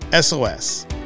SOS